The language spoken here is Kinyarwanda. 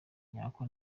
nyako